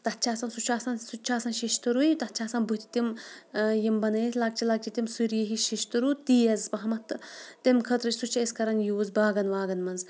تَتھ چھِ آسان سُہ چھِ آسان سُہ تہِ چھِ آسان شیشتُرُے تَتھ چھِ آسان بَتھِ تِم یِم بَنٲیِتھ لَکچہِ لَکچہِ تِم سُریہِ ہِشہِ شیشتٕروٗ تیز پَہمَتھ تہٕ تمہِ خٲطرٕ سُہ چھِ أسۍ کَران یوٗز باغن واغن منٛز